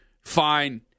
Fine